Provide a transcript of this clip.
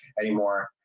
anymore